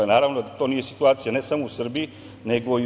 Naravno da to nije situacija ne samo u Srbiji nego i u EU.